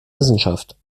wissenschaft